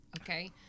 okay